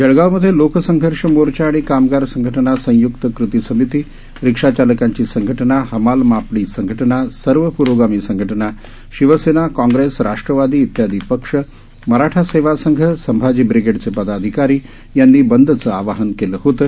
जळगावमधेलोकसंघर्षमोर्चाआणिकामगारसंघटनासय्क्तकृतीसमिती रिक्षाचालकांचीसंघटना हमालमापडीसंघटनासर्वप्रोगामीसंघटना शिवसेना काँग्रेस राष्ट्रवादीइत्यादीपक्ष मराठासेवासंघ संभाजीब्रिगेडचेपदाधिकारीयांनीबंदचंआवाहनकेलंहोतं